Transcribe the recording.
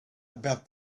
about